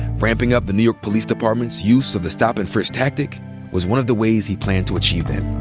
ramping up the new york police department's use of the stop and frisk tactic was one of the ways he planned to achieve that.